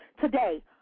today